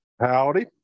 howdy